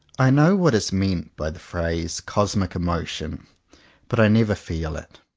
i know what is meant by the phrase cosmic emotion but i never feel it.